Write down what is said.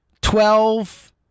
Twelve